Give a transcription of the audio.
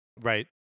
right